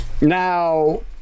Now